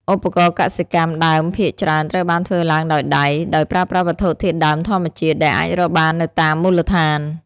ឧបករណ៍កសិកម្មដើមភាគច្រើនត្រូវបានធ្វើឡើងដោយដៃ ដោយប្រើប្រាស់វត្ថុធាតុដើមធម្មជាតិ ដែលអាចរកបាននៅតាមមូលដ្ឋាន។